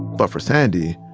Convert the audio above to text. but for sandy,